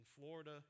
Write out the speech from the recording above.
Florida